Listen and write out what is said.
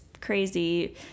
crazy